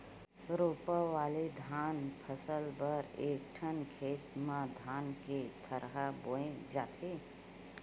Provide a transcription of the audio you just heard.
रोपा वाले धान फसल बर एकठन खेत म धान के थरहा बोए जाथे